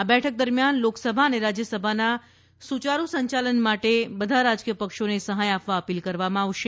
આ બેઠક દરમ્યાન લોકસભા અને રાજ્યસભાના સુચારું સંચાલન માટે બધા રાજકીય પક્ષોને સહાય આપવા અપીલ કરવામાં આવશે